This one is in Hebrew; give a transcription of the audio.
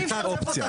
אי-אפשר.